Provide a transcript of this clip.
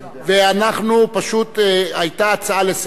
היתה הצעה לסדר-היום,